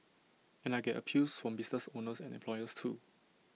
and I get appeals from business owners and employers too